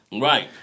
Right